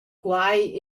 quai